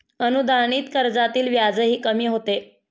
अनुदानित कर्जातील व्याजही कमी होते